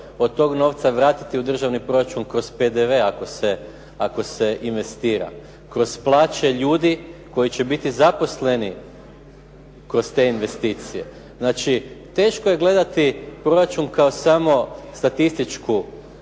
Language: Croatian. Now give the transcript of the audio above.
od toga novca vratiti u državni proračun kroz PDV ako se investira, kroz plaće ljudi koji će biti zaposleni kroz te investicije. Znači, teško je gledati proračun kao samo statističku